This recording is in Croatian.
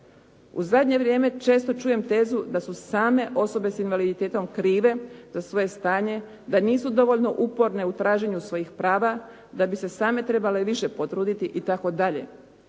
U zadnje vrijeme često čujem tezu da su same osobe s invaliditetom krive za svoje stanje, da nisu dovoljno uporne u traženju svojih prava, da bi se same trebale više potruditi itd.